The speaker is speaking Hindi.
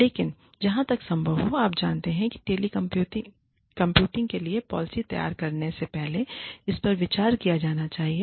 लेकिन जहां तक संभव हो आप जानते हैं कि टेली कम्यूटिंग के लिए पॉलिसी तैयार करने से पहले इस पर विचार किया जाना चाहिए